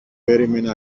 περίμενε